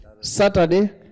Saturday